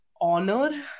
honor